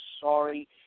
sorry